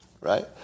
right